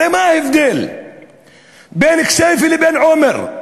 הרי מה ההבדל בין כסייפה לבין עומר,